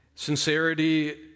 Sincerity